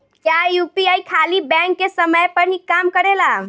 क्या यू.पी.आई खाली बैंक के समय पर ही काम करेला?